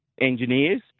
engineers